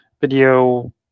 video